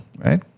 right